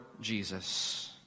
Jesus